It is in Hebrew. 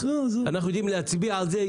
אנחנו יודעים להצביע על זה,